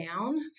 down